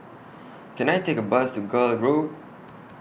Can I Take A Bus to Gul Road